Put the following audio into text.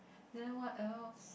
then what else